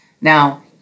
now